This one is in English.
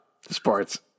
sports